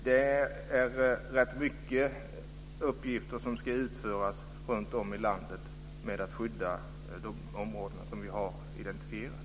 Det är nämligen ganska många uppgifter som ska utföras runtom i landet för att skydda de områden som vi har identifierat.